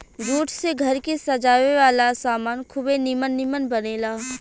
jute से घर के सजावे वाला सामान खुबे निमन निमन बनेला